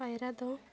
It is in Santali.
ᱯᱟᱭᱨᱟ ᱫᱚ